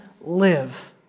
live